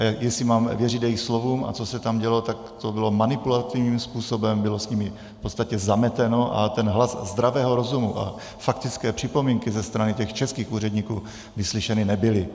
A jestli mám věřit jejich slovům a tomu, co se tam dělo, tak to bylo manipulativním způsobem, bylo s nimi v podstatě zameteno a ten hlas zdravého rozumu a faktické připomínky ze strany těch českých úředníků vyslyšeny nebyly.